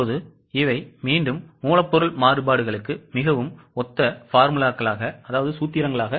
இப்போது இவை மீண்டும் மூலப்பொருள் மாறுபாடுகளுக்கு மிகவும் ஒத்த சூத்திரங்கள்